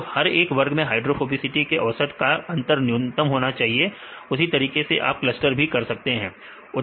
तो हर एक वर्ग में हाइड्रोफोबिसिटी के औसत का अंतर न्यूनतम होगा उसी तरीके से आप क्लस्टर भी कर सकते हैं